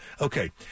okay